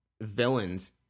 villains